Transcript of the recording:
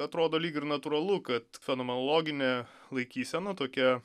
atrodo lyg ir natūralu kad fenomenologinė laikysena tokia